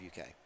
UK